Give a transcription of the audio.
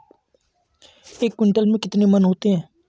एक क्विंटल में कितने मन होते हैं?